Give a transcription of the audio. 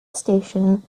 station